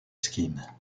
scheme